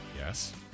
Yes